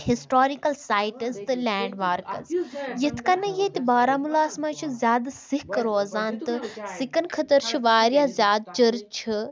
historical sites تہٕ landmarks یِتھ کٔنۍ نہٕ ییٚتہِ بارہمولاہَس منٛز چھِ زیادٕ سِکھ روزان تہٕ سِکَن خٲطٕر چھِ وارِیاہ زیادٕ چٔرچ چھِ